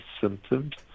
symptoms